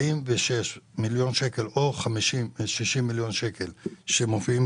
46 מיליון שקלים או 50 מיליון שקלים שמופיעים